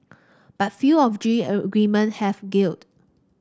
but few of G L agreement have gelled